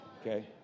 Okay